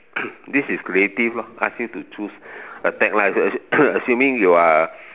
this is creative lor ask you to choose a tagline assuming you are